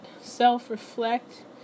self-reflect